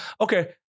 okay